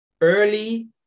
early